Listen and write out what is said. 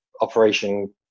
Operation